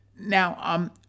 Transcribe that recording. Now